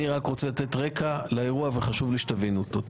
אני רק רוצה לתת רק לאירוע וחשוב לי שתבינו אותו.